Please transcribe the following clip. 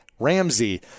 Ramsey